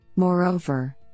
Moreover